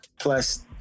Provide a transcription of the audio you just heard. plus